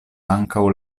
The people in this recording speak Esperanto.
ankaŭ